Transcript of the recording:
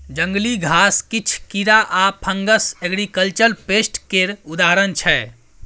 जंगली घास, किछ कीरा आ फंगस एग्रीकल्चर पेस्ट केर उदाहरण छै